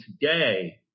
today